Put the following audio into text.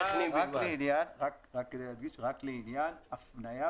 רק לעניין הפנייה